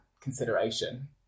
consideration